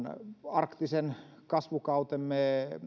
arktisen kasvukautemme